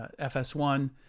FS1